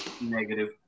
Negative